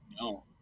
No